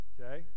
Okay